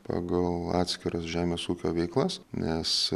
pagal atskiras žemės ūkio veiklas nes